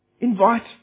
invite